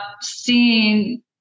seeing